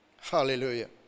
Hallelujah